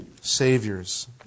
saviors